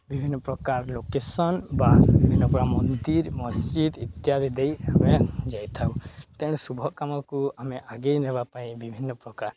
ବିଭିନ୍ନପ୍ରକାର ଲୋକେସନ୍ ବା ବିଭିନ୍ନ ମନ୍ଦିର ମସ୍ଜିଦ୍ ଇତ୍ୟାଦି ଦେଇ ଆମେ ଯାଇଥାଉ ତେଣୁ ଶୁଭ କାମକୁ ଆମେ ଆଗେଇ ନେବା ପାଇଁ ବିଭିନ୍ନପ୍ରକାର